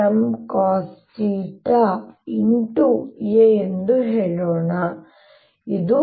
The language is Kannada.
a ಎಂದು ಹೇಳೋಣ ಇದು